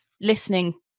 listening